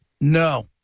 No